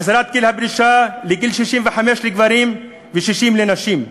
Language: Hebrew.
החזרת גיל הפרישה לגיל 65 לגברים ו-60 לנשים,